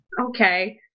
Okay